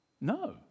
no